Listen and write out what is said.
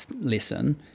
lesson